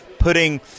putting